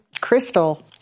Crystal